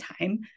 time